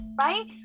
right